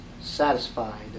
satisfied